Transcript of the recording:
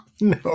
no